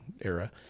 era